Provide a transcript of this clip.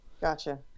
gotcha